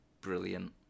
brilliant